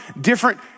different